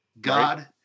God